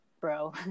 bro